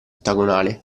ottagonale